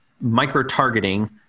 micro-targeting